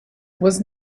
was